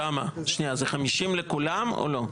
לא למה, שנייה זה 50 לכולם או לא?